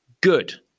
Good